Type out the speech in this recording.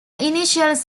initials